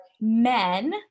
men